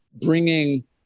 bringing